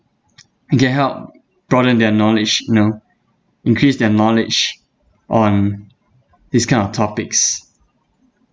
it can help broaden their knowledge you know increase their knowledge on this kind of topics